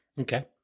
Okay